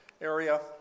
area